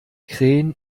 krähen